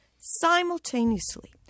Simultaneously